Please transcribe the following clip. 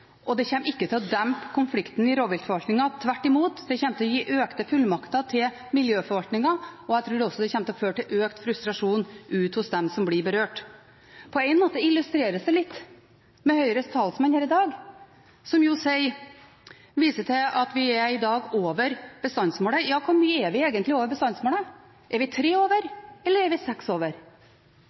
og det kommer ikke til å dempe konflikten i rovviltforvaltningen. Tvert imot: Det kommer til å gi økte fullmakter til miljøforvaltningen, og jeg tror også det kommer til å føre til økt frustrasjon ute hos dem som blir berørt. På en måte illustreres det litt av Høyres talsmann her i dag, som viser til at vi i dag er over bestandsmålet. Ja, hvor mye er vi egentlig over bestandsmålet? Er vi tre over, eller er vi seks over?